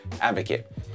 advocate